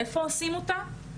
איפה עושים אותה?